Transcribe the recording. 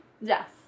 Yes